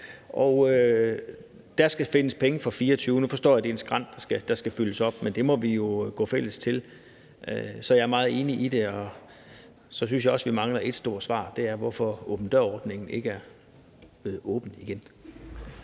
der skal findes penge for 2024. Nu forstår jeg, at det er en skrænt, der skal fyldes op, men det må vi jo gå fælles til. Jeg er meget enig i det. Og så synes jeg også, at vi mangler et stort svar, og det er på, hvorfor åben dør-ordningen ikke er blevet åbnet igen.